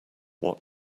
what